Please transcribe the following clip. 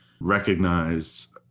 recognized